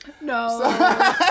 No